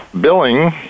Billing